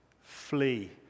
flee